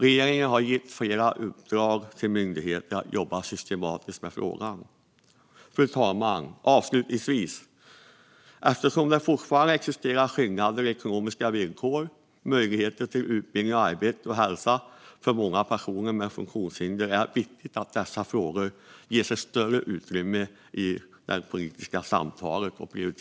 Regeringen har gett flera myndigheter i uppdrag att jobba systematiskt med frågan. Fru talman! Jag vill avslutningsvis säga att det är viktigt att dessa frågor ges större utrymme i det politiska samtalet och att de prioriteras. För många personer med funktionshinder existerar fortfarande skillnader i ekonomiska villkor, möjligheter till utbildning, arbete och hälsa.